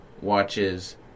watches